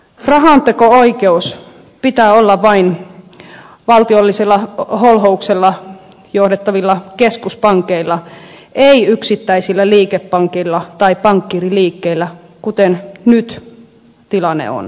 rahanteko oikeus pitää olla vain valtiollisella holhouksella johdettavilla keskuspankeilla ei yksittäisillä liikepankeilla tai pankkiiriliikkeillä kuten nyt tilanne on